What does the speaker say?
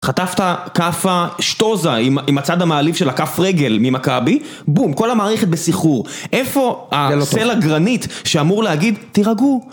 חטפת כאפה... שטוזה! עם הצד המעליב של הכף רגל ממכבי. בום! כל המערכת בסיחרור. איפה הסלע גרנית שאמור להגיד תירגעו